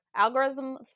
Algorithms